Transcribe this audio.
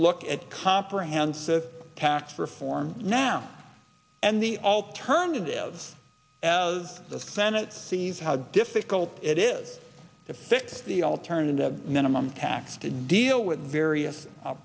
look at comprehensive tax reform now and the alternatives as the senate sees how difficult it is to fix the alternative minimum tax to deal with various